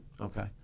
okay